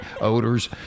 odors